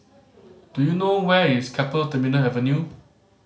do you know where is Keppel Terminal Avenue